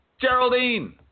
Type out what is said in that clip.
Geraldine